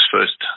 First